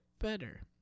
better